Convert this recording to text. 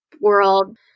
world